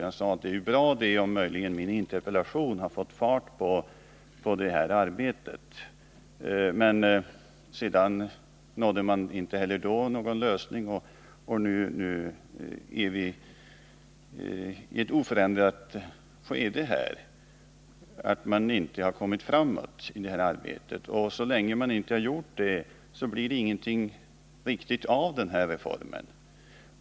Jag sade att det var bra om min interpellation möjligen hade satt fart på det här arbetet. Men inte heller då nådde man någon lösning, och läget är nu oförändrat. Man har inte kommit framåt i det här arbetet. Så länge man inte gjort det blir det ingenting riktigt av den här reformen.